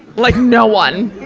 like no one!